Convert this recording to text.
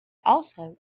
also